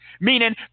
meaning